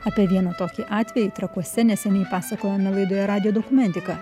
apie vieną tokį atvejį trakuose neseniai pasakojome laidoje radijo dokumentika